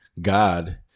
God